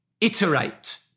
iterate